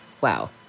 Wow